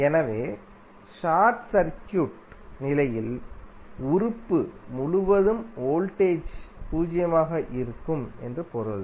எனவே short circuit நிலையில் உறுப்பு முழுவதும் வோல்டேஜ் பூஜ்ஜியமாக இருக்கும் என்று பொருள்